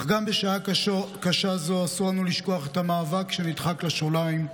אך גם בשעה קשה זו אסור לנו לשכוח את המאבק שנדחק לשוליים,